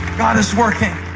god is working